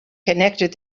connected